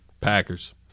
Packers